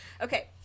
Okay